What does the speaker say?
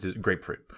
Grapefruit